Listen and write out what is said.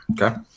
okay